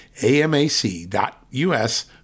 amac.us